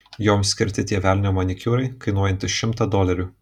joms skirti tie velnio manikiūrai kainuojantys šimtą dolerių